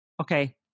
Okay